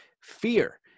fear